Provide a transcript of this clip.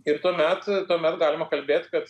ir tuomet tuomet galima kalbėt kad